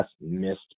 missed